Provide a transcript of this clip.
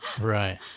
Right